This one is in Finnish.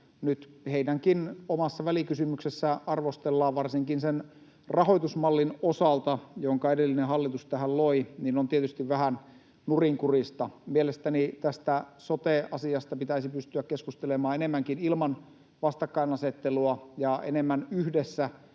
nyt heidän omassa välikysymyksessäänkin arvostellaan, varsinkin sen rahoitusmallin osalta, jonka edellinen hallitus tähän loi, on tietysti vähän nurinkurista. Mielestäni tästä sote-asiasta pitäisi pystyä keskustelemaan enemmänkin ilman vastakkainasettelua ja enemmän yhdessä